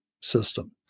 system